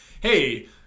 hey